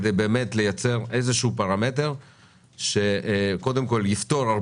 כדי באמת לייצר איזשהו פרמטר שיפטור מהצו הזה